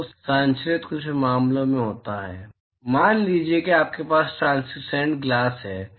तो संचरित कुछ मामलों में होता है मान लीजिए कि आपके पास ट्रांसल्युसेंट गलास है